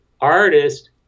artist